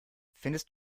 findest